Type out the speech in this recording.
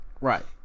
Right